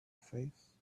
face